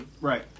Right